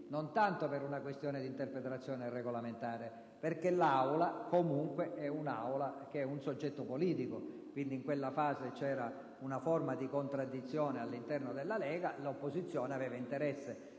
non tanto per una questione di interpretazione regolamentare, ma perché l'Aula comunque è un soggetto politico. Pertanto, in quella fase c'era una forma di contraddizione all'interno della Lega e l'opposizione aveva interesse